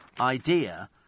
idea